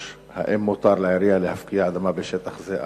3. האם מותר לעירייה להפקיע אדמה בשטח זה?